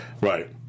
Right